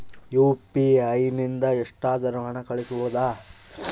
UPI ನಿಂದ ಎಷ್ಟಾದರೂ ಹಣ ಕಳಿಸಬಹುದಾ?